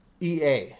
ea